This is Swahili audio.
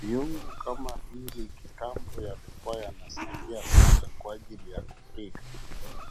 Vyungu kama hivi kitambo vilikuwa vinasaidia sana kwa ajili ya kupika.